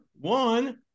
one